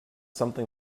something